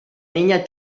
niña